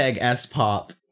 S-pop